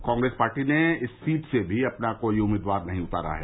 Congress party ने इस seat से अपना कोई भी उम्मीदवार नहीं उतारा है